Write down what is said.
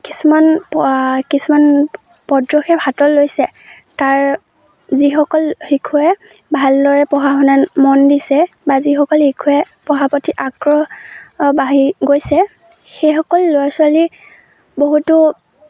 কিছুমান কিছুমান পদক্ষেপ হাতত লৈছে তাৰ যিসকল শিশুৱে ভালদৰে পঢ়া শুনাত মন দিছে বা যিসকল শিশুৱে পঢ়াৰ পতি আগ্ৰহ বাঢ়ি গৈছে সেইসকল ল'ৰা ছোৱালী বহুতো